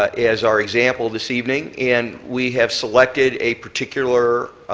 as our example this evening. and we have selected a particular